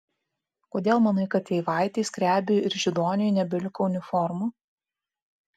kodėl manai kad eivaitei skrebiui ir židoniui nebeliko uniformų